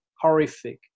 horrific